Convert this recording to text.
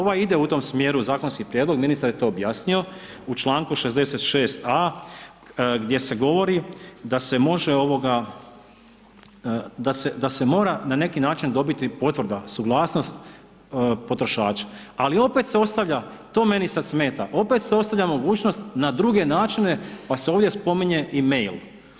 Ovaj ide u tom smjeru zakonski prijedlog, ministar je to objasnio, u članku 66. a gdje se govori da se mora na neki način dobiti potvrda, suglasnost potrošača ali opet se ostavlja, to meni sad smeta, opet se ostavlja mogućnost na druge načine pa se ovdje spominje i mail.